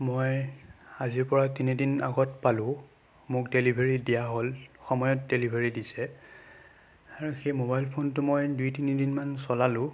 মই আজিৰ পৰা তিনিদিন আগত পালোঁ মোক ডেলিভাৰী দিয়া হ'ল সময়ত ডেলিভাৰী দিছে আৰু সেই মোবাইল ফোনটো মই দুই তিনি দিনমান চলালোঁ